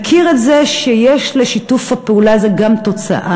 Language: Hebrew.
ומכיר את זה שיש לשיתוף הפעולה הזה גם תוצאה.